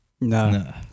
no